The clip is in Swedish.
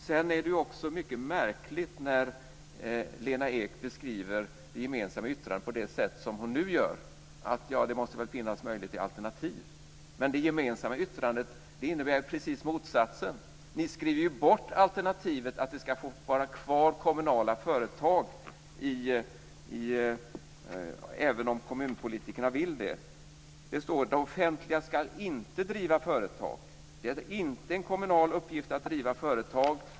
Det är också mycket märkligt när Lena Ek beskriver det gemensamma yttrandet på det sätt som hon nu gör, att det måste finnas möjlighet till alternativ. Men det gemensamma yttrandet innebär precis motsatsen. Ni skriver ju bort alternativet att kommunala företag ska få finnas kvar, även om kommunpolitikerna vill det. Det står: "Det offentliga skall inte driva företag." "Det är inte heller en kommunal uppgift att driva företag."